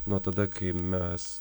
nuo tada kai mes